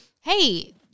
Hey